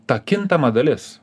ta kintama dalis